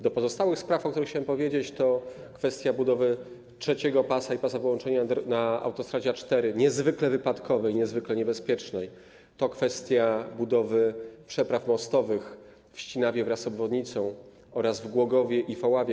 Do pozostałych spraw, o których chciałem powiedzieć, należy kwestia budowy trzeciego pasa i pasa wyłączenia na autostradzie A4, niezwykle wypadkowej, niezwykle niebezpiecznej, a także kwestia budowy przepraw mostowych w Ścinawie wraz z obwodnicą oraz w Głogowie i w Oławie.